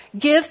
Give